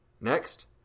Next